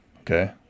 okay